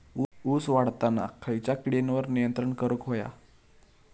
ऊस वाढताना खयच्या किडींवर नियंत्रण करुक व्हया?